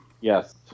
Yes